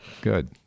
Good